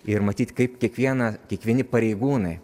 ir matyt kaip kiekvieną kiekvieni pareigūnai